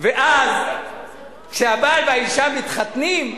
כשהבעל והאשה מתחתנים,